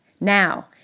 Now